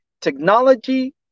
technology